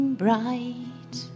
bright